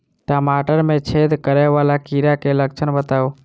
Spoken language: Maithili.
टमाटर मे छेद करै वला कीड़ा केँ लक्षण बताउ?